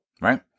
right